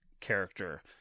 character